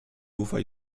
ufaj